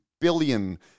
billion